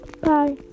Bye